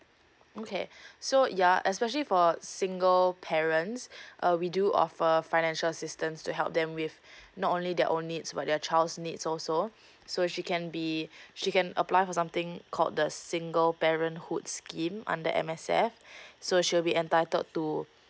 okay so ya especially for single parents uh we do offer financial assistance to help them with not only their own needs but their child's needs also so she can be she can apply for something called the single parenthood scheme under M_S_F so she'll be entitled to